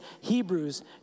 Hebrews